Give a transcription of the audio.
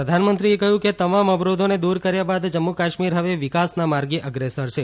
પ્રધાનમંત્રીએ કહ્યું કે તમામ અવરોધોને દૂર કર્યા બાદ જમ્મુ કાશ્મીર હવે વિકાસના માર્ગે અગ્રેસર છે